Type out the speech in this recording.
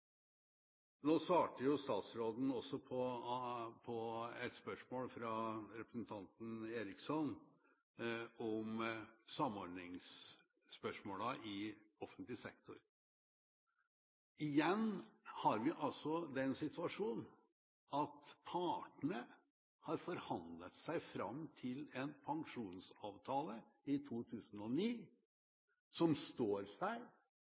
Nå svarte jo statsråden også på et spørsmål fra representanten Eriksson om samordningsspørsmålene i offentlig sektor. Igjen har vi altså den situasjon at partene har forhandlet seg fram til en pensjonsavtale i 2009, som står seg